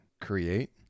create